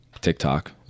TikTok